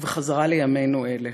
ובחזרה לימינו אלה.